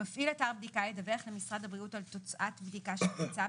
15. מפעיל אתר בדיקה ידווח למשרד הבריאות על תוצאת בדיקה שביצע,